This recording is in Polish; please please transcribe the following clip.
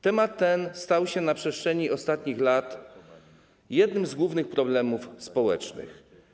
Temat ten stał się na przestrzeni ostatnich lat jednym z głównych problemów społecznych.